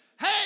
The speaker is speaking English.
Hey